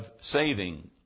saving